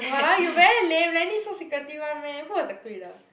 !walao! you very lame then need so secretive [one] meh who was the crew leader